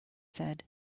said